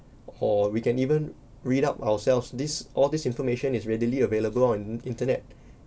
or we can even read up ourselves this all this information is readily available on internet